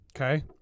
Okay